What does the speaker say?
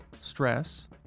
stress